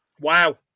Wow